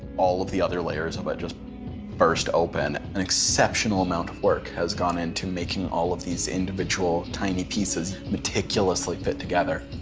all of the other layers of it just burst open. an exceptional amount of work has gone into making all of these individual, tiny pieces, meticulously fit together.